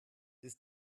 ist